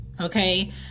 Okay